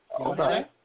Okay